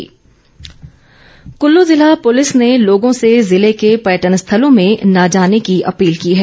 appeal SP Kullu जिला पुलिस ने लोगों से जिले के पर्यटन स्थलों में न जाने की अपील की है